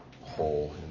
hole